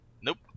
Nope